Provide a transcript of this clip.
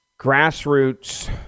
grassroots